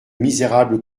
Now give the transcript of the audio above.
misérable